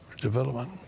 development